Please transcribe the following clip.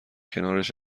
کنارش